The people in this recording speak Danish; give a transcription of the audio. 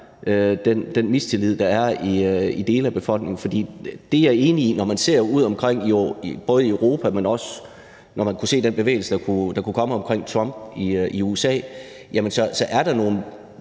den mistillid, der er i dele af befolkningen. For jeg er enig i, at både når man ser udeomkring i Europa, men også, når man kunne se den bevægelse, der kom omkring Trump i USA, så er der nogle